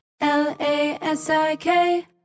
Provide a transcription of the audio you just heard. L-A-S-I-K